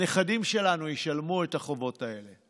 הנכדים שלנו ישלמו את החובות האלה.